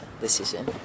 decision